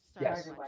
yes